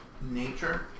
nature